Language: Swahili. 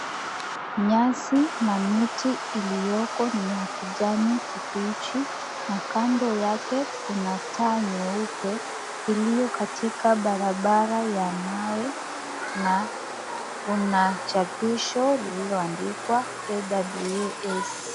Nyasi na miti ilioko niya kijani kibichichi na kando yake kuna taa nyeupe ilio katika barabara ya mawe na kuna chapisho liloandikwa KWS.